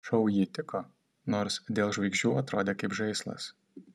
šou ji tiko nors dėl žvaigždžių atrodė kaip žaislas